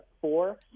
four